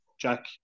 Jack